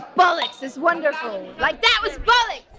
bollocks is wonderful, like that was bollocks!